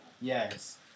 Yes